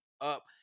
up